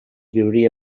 viuria